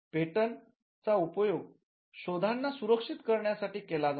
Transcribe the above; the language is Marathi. पेटंट चा उपयोग शोधांना सुरक्षित करण्यासाठी केला जातो